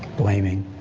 blaming,